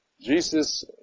Jesus